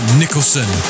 nicholson